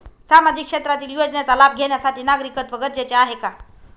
सामाजिक क्षेत्रातील योजनेचा लाभ घेण्यासाठी नागरिकत्व गरजेचे आहे का?